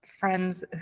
friends